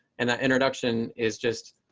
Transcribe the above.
and that introduction is just